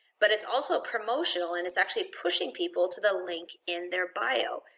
but it's also promotional and it's actually pushing people to the link in their bio.